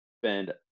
spend